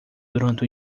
durante